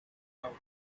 out